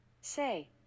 Say